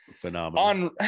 phenomenal